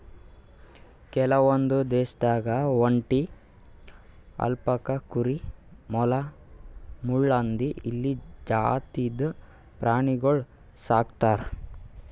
ಕೆಲವೊಂದ್ ದೇಶದಾಗ್ ಒಂಟಿ, ಅಲ್ಪಕಾ ಕುರಿ, ಮೊಲ, ಮುಳ್ಳುಹಂದಿ, ಇಲಿ ಜಾತಿದ್ ಪ್ರಾಣಿಗೊಳ್ ಸಾಕ್ತರ್